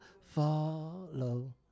follow